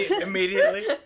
Immediately